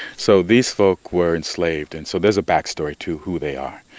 so these folk were enslaved, and so there's a backstory to who they are.